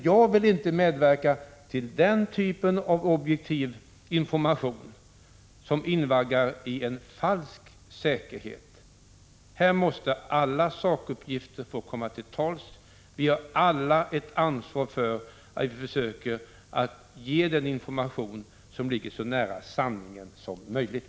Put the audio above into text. Jag vill inte medverka till den typen av objektiv information som invaggar människor i en falsk säkerhet. Här måste alla sakuppgifter få komma fram. Vi har samtliga ett ansvar för att försöka ge den information som ligger så nära sanningen som möjligt.